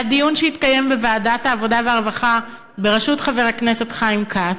התקיים דיון בוועדת העבודה והרווחה בראשות חבר הכנסת חיים כץ,